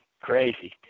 Crazy